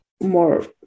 more